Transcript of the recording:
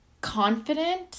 confident